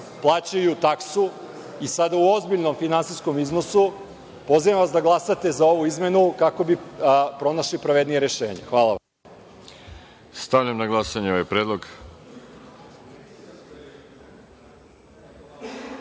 plaćaju taksu i sada u ozbiljnom finansijskom iznosu, pozivam vas da glasate za ovu izmenu kako bi pronašli pravednije rešenje. Hvala. **Veroljub Arsić** Stavljam na glasanje ovaj predlog. Molim